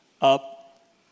up